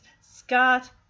Scott